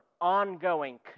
ongoing